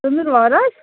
ژٔنٛدٕروار ہا